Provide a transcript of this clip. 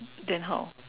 then how